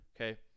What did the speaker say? okay